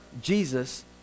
Jesus